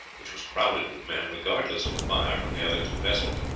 which was crowded with men, regardless of the fire from the other two vessels.